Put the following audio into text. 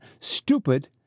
stupid